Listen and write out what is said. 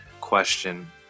question